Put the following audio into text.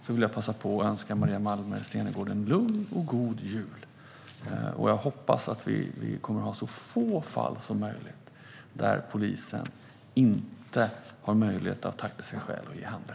Jag vill passa på att önska Maria Malmer Stenergard en lugn och god jul. Jag hoppas att vi kommer att ha så få fall som möjligt där polisen av taktiska skäl inte har möjlighet att ge handräckning.